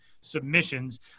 submissions